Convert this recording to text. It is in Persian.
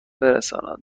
برساند